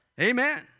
Amen